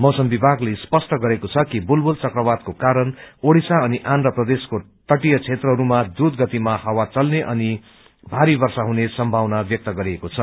मौसम विभागले स्पष्ट गरेको छ कि बुलबुल चक्रवातको कारण ओडिसा अनि आन्ध्र प्रदेशको तटीय क्षेत्रहरूमा द्रूत गतिमा हावा अनि भारी वर्षा हुने सम्भावना व्यक्त गरिएको छ